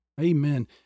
Amen